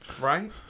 Right